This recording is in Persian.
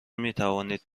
میتوانید